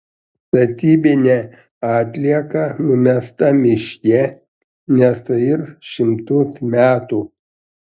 statybinė atlieka numesta miške nesuirs šimtus metų